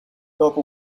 dopo